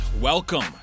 Welcome